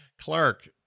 Clark